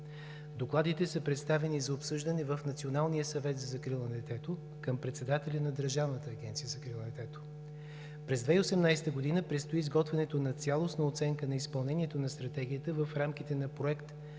Докладите са представени за обсъждане в Националния съвет за закрила на детето към председателя на Държавната агенция за закрила на детето. През 2018 г. предстои изготвянето на цялостна оценка на изпълнението на Стратегията в рамките на Проект